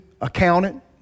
accountant